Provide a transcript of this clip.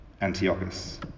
Antiochus